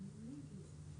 אני מציע לכם,